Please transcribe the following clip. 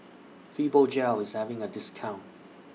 Fibogel IS having A discount